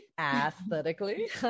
aesthetically